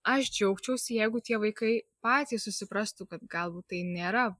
aš džiaugčiausi jeigu tie vaikai patys susiprastų kad galbūt tai nėra